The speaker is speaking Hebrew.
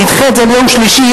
נדחה את זה ליום שלישי,